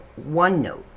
OneNote